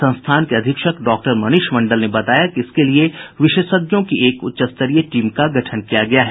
संस्थान के अधीक्षक डॉक्टर मनीष मंडल ने बताया कि इसके लिए विशेषज्ञों की एक उच्च स्तरीय टीम का गठन किया गया है